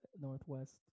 northwest